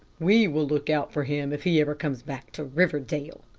we will look out for him if he ever comes back to riverdale,